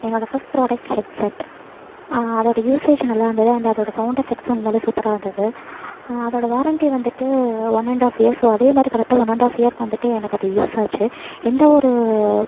என்னோடய first product headset அதோடய usage நல்லாயிருந்துது அண்ட் அதோடய சவுண்ட் எஃபெக்ட்ஸும் உண்மையிலேயே சூப்பராக இருந்தது அதோடு வாரண்ட்டி வந்துவிட்டு one and half years so அதே மாதிரி கரெக்டாக ஒன் அண்ட் ஆஃப் இயர்க்கு வந்துவிட்டு எனக்கு அது யூஸ் ஆச்சு எந்த ஒரு